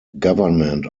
government